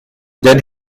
then